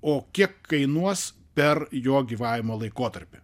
o kiek kainuos per jo gyvavimo laikotarpį